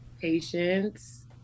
patience